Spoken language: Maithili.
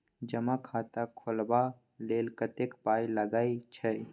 जमा खाता खोलबा लेल कतेक पाय लागय छै